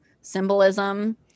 symbolism